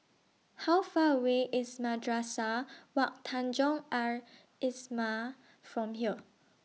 How Far away IS Madrasah Wak Tanjong Al Islamiah from here